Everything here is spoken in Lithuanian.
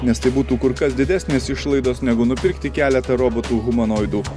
nes tai būtų kur kas didesnės išlaidos negu nupirkti keletą robotų humanoidų